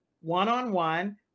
one-on-one